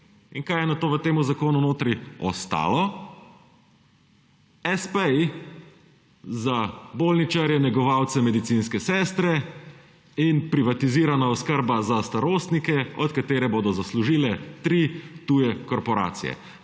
In kaj je nato v tem zakonu notri ostalo? Espeji za bolničarje, negovalce, medicinske sestre in privatizirana oskrba za starostnike, od katere bodo zaslužile tri tuje korporacije!